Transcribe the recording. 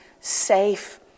safe